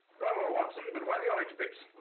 bravo watson but why the orange but